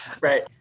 Right